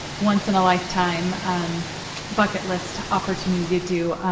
once in a lifetime and bucket list opportunity do.